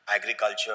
agriculture